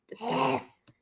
Yes